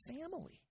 family